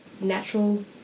natural